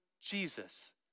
Jesus